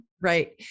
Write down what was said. Right